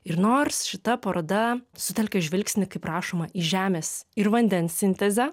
ir nors šita paroda sutelkė žvilgsnį kaip rašoma į žemės ir vandens sintezę